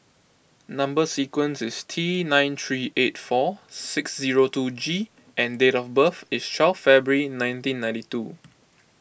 Number Sequence is T nine three eight four six zero two G and date of birth is twelve February nineteen ninety two